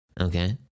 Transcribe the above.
Okay